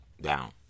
down